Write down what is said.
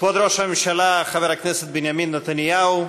כבוד ראש הממשלה חבר הכנסת בנימין נתניהו,